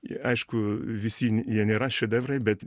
jie aišku visi jie nėra šedevrai bet